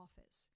office